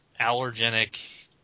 allergenic